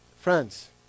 Friends